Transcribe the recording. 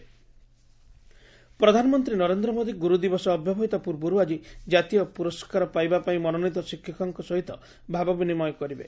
PM teachers award ପ୍ରଧାନମନ୍ତ୍ରୀ ନରେନ୍ଦ୍ର ମୋଦି ଗୁରୁଦିବସ ଅବ୍ୟବହିତ ପୂର୍ବରୁ ଆଜି ଜାତୀୟ ପୁରସ୍କାର ପାଇବା ପାଇଁ ମନୋନୀତ ଶିକ୍ଷକଙ୍କ ସହିତ ଭାବ ବିନିମୟ କରିବେ